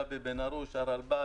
גבי בן הרוש הרלב"ד,